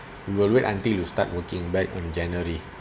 we will wait until you start working back in january